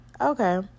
Okay